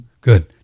Good